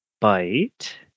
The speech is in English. bite